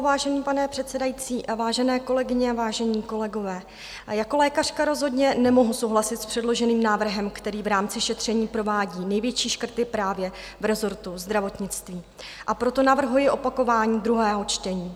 Vážený pane předsedající a vážené kolegyně a vážení kolegové, jako lékařka rozhodně nemohu souhlasit s předloženým návrhem, který v rámci šetření provádí největší škrty právě v resortu zdravotnictví, a proto navrhuji opakování druhého čtení.